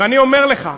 ואני אומר לך: